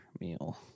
meal